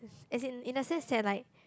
as in in the sense that like